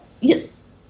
yes